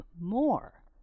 more